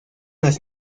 las